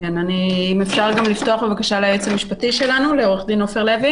לפחות הופעה בערב.